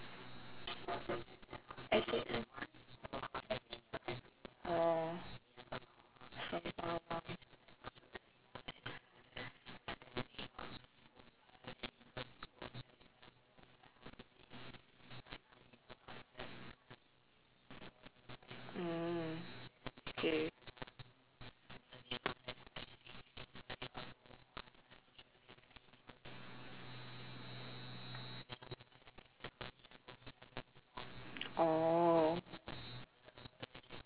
oh sembawang mm okay oh